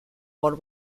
por